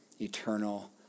eternal